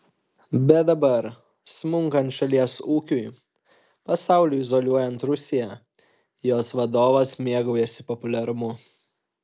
bet dabar smunkant šalies ūkiui pasauliui izoliuojant rusiją jos vadovas mėgaujasi populiarumu